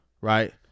right